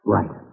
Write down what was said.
Right